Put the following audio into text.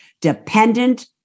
dependent